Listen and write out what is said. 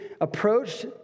approached